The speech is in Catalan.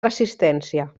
resistència